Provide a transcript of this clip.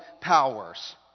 powers